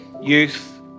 youth